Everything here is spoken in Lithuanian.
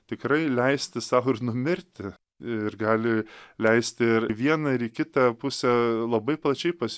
tikrai leisti sau ir numirti ir gali leisti ir vieną ir į kitą pusę labai plačiai pas